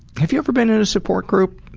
have you ever been and a support group?